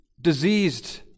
diseased